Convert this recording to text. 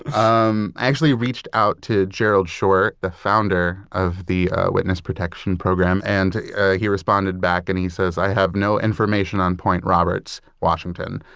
um i actually reached out to gerald shore, the founder of the witness protection program, and ah he responded back and he says, i have no information on point roberts, washington.